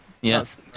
Yes